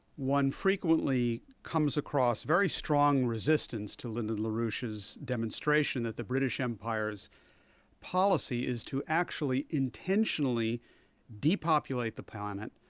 one frequently comes across very strong resistance to lyndon larouche's demonstration that the british empire's policy is to actually intentionally depopulate the planet,